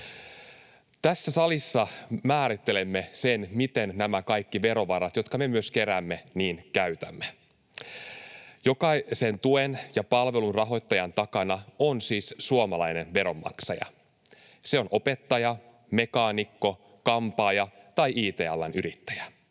Tässä salissa määrittelemme sen, miten nämä kaikki verovarat, jotka me myös keräämme, käytämme. Jokaisen tuen ja palvelun rahoittajan takana on siis suomalainen veronmaksaja. Se on opettaja, mekaanikko, kampaaja tai it-alan yrittäjä.